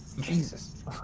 jesus